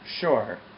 Sure